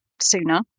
sooner